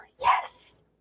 Yes